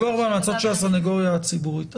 דיווח והמלצות של הסנגוריה הציבורית.